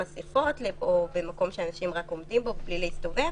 אספות או למקום שאנשים רק עומדים בו בלי להסתובב,